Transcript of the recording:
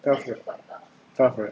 tough ah tough ah